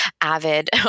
avid